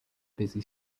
busy